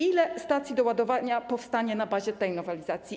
Ile stacji doładowania powstanie na bazie tej nowelizacji?